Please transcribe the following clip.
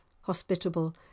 hospitable